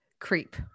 creep